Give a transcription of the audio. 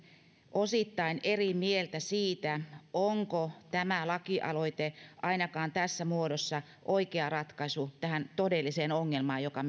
osittain eri mieltä siitä onko tämä lakialoite ainakaan tässä muodossa oikea ratkaisu tähän todelliseen ongelmaan joka